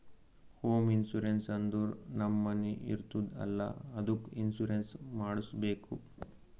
home insurance ಅಂದುರ್ ನಮ್ ಮನಿ ಇರ್ತುದ್ ಅಲ್ಲಾ ಅದ್ದುಕ್ ಇನ್ಸೂರೆನ್ಸ್ ಮಾಡುಸ್ಬೇಕ್